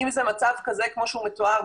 אם זה מצב כזה כמו שהוא מתואר,